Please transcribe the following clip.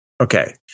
Okay